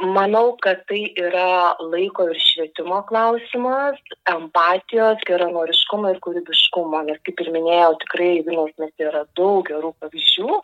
manau kad tai yra laiko ir švietimo klausimas empatijos geranoriškumo ir kūrybiškumo ir kaip ir minėjau tikrai vilniaus mieste yra daug gerų pavyzdžių